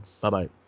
bye-bye